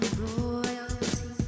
royalty